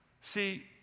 See